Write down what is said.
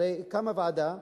הרי קמה ועדה,